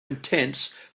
intense